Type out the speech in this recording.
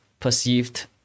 perceived